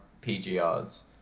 PGRs